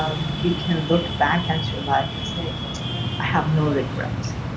um you can look back at your life and say, i have no regrets.